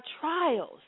trials